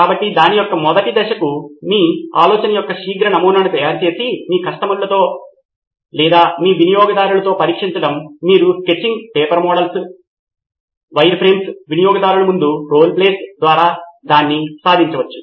కాబట్టి దాని యొక్క మొదటి దశ మీ ఆలోచన యొక్క శీఘ్ర నమూనాను తయారు చేసి మీ కస్టమర్లతో లేదా మీ వినియోగదారులతో పరీక్షించడం మీరు స్కెచింగ్ పేపర్ మోడల్స్ వైర్ఫ్రేమ్లు వినియోగదారులముందు రోల్ ప్లేస్ ద్వారా దాన్ని సాధించవచ్చు